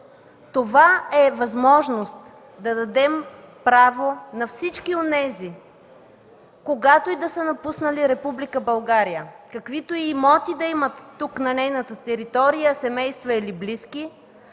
Това е възможност да дадем право на всички онези, когато и да са напуснали Република България, каквито и имоти да имат тук, на нейната територия, семейства или близки,